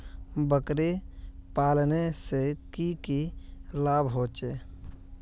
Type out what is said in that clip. बकरी पालने से की की लाभ होचे?